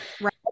Right